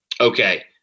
Okay